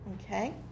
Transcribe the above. Okay